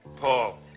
Paul